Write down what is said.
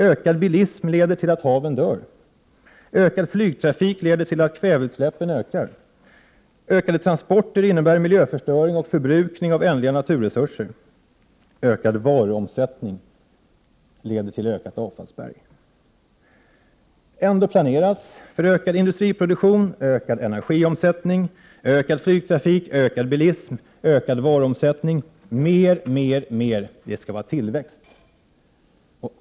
Ökad bilism leder till att haven dör, ökad flygtrafik leder till att kväveutsläppen ökar, ökade transporter innebär miljöförstöring och förbrukning av ändliga naturresurser. Ökad varuomsättning leder till ökat avfallsberg. Ändå planeras för ökad industriproduktion, ökad energiomsättning, ökad flygtrafik, ökad bilism och ökad varuomsättning; ”mer, mer, mer”. Det skall vara tillväxt.